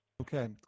Okay